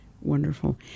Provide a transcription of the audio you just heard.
Wonderful